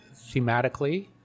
thematically